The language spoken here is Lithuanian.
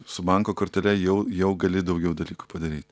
su banko kortele jau jau gali daugiau dalykų padaryt